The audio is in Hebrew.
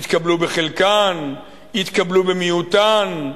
יתקבלו בחלקן, יתקבלו במיעוטן,